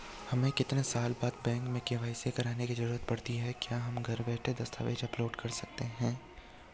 हमें कितने साल बाद बैंक में के.वाई.सी करवाने की जरूरत पड़ती है क्या हम घर बैठे दस्तावेज़ अपलोड कर सकते हैं?